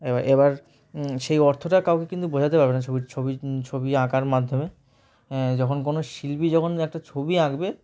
এবার এবার সেই অর্থটা কাউকে কিন্তু বোঝাতে পারবে না ছবির ছবি ছবি আঁকার মাধ্যমে হ্যাঁ যখন কোনো শিল্পী যখন একটা ছবি আঁকবে